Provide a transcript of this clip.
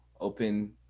open